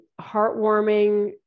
heartwarming